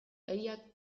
gai